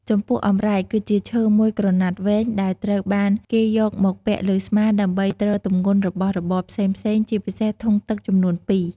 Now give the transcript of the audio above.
ចំពោះអម្រែក គឺជាឈើមួយកំណាត់វែង ដែលត្រូវបានគេយកមកពាក់លើស្មា ដើម្បីទ្រទម្ងន់របស់របរផ្សេងៗ ជាពិសេសធុងទឹកចំនួនពីរ។